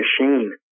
machine